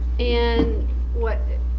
and what it